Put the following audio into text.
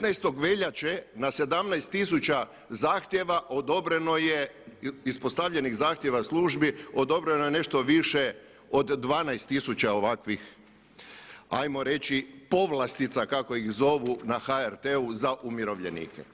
15. veljače na 17 tisuća zahtjeva odobreno je, ispostavljenih zahtjeva službi odobreno je nešto više od 12 tisuća ovakvih ajmo reći povlastica kako ih zovu na HRT-u za umirovljenike.